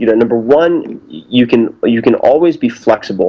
you know number one, you can but you can always be flexible